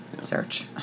search